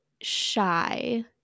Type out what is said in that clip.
shy